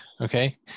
okay